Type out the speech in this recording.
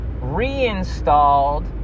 reinstalled